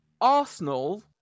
Arsenal